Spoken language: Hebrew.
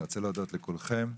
אני רוצה להודות לכולכם.